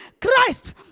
Christ